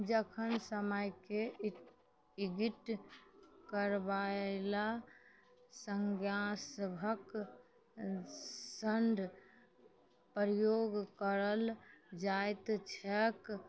जखन समयके इजिट करबैलए सँज्ञा सबके सण्ड प्रयोग करल जाएत छै